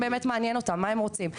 מה הם רוצים.